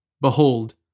Behold